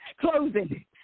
closing